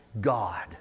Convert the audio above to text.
God